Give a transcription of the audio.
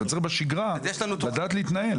צריך בשגרה לדעת להתנהל.